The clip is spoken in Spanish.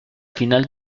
final